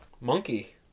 monkey